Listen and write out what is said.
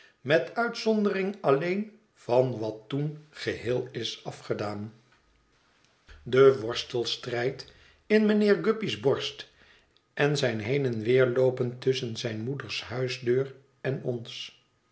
met uitzondering alleen van wat toen geheel is afgedaan de worstelstrijd in mijnheer guppy's borst en zijn heen en weer loopen tusschen zijn moeders huisdeur en ons